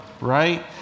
Right